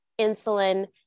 insulin